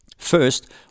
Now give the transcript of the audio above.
First